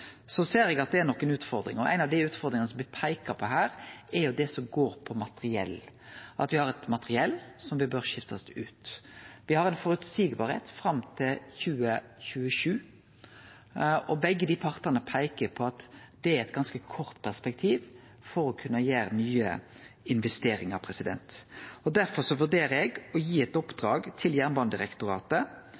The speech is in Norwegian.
Så ser eg at det er nokre utfordringar, og ei av utfordringane det blir peikt på, er det som gjeld materiell, at me har eit materiell som bør skiftast ut. Me har ein føreseielegheit fram til 2027, og begge partane peiker på at det er eit ganske kort perspektiv for å kunne gjere nye investeringar. Derfor vurderer eg å gi eit oppdrag til Jernbanedirektoratet